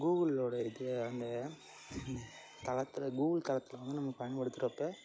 கூகுளோடய இது அந்த தளத்தில் கூகுள் தளத்தில் வந்து நம்ம பயன்படுத்துகிறப்ப